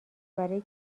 برای